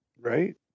right